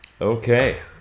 Okay